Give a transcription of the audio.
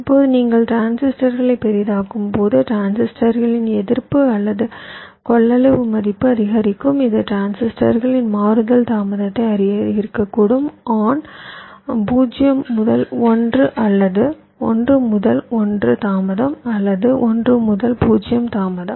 இப்போது நீங்கள் டிரான்சிஸ்டர்களை பெரிதாக்கும்போது டிரான்சிஸ்டர்களின் எதிர்ப்பு அல்லது கொள்ளளவு மதிப்பு அதிகரிக்கும் இது டிரான்சிஸ்டர்களின் மாறுதல் தாமதத்தை அதிகரிக்கக்கூடும் ஆன் 0 முதல் 1 அல்லது 1 முதல் 1 தாமதம் அல்லது 1 முதல் 0 தாமதம்